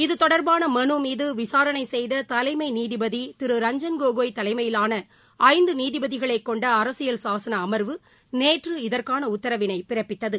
இதுதொடர்பான விசாரணை மறு மீது செய்த தலைமை நீதிபதி திரு ரஞ்சன் கோகோய் தலைமையிலான ஐந்து நீதிபதிகளைக் கொண்ட அரசியல் சாசன அமர்வு நேற்று இதற்கான உத்தரவினைப் பிறப்பித்தது